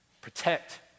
protect